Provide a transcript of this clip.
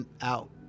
out